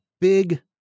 big